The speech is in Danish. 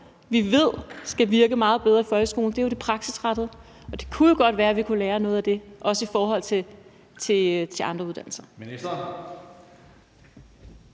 vi ved skal virke meget bedre i folkeskolen – er det praksisrettede. Det kunne jo godt være, vi kunne lære noget af det også i forhold til andre uddannelser.